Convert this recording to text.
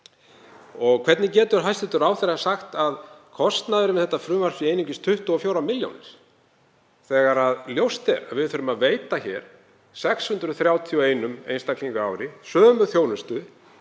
Hvernig getur hæstv. ráðherra sagt að kostnaðurinn við þetta frumvarp sé einungis 24 milljónir þegar ljóst er að við þurfum að veita hér 631 einstaklingi á ári sömu þjónustu